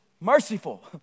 merciful